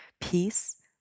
peace